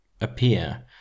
appear